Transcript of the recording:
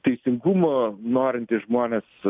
teisingumo norintys žmonės